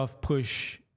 push